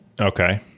Okay